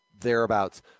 thereabouts